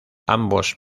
ambos